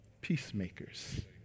peacemakers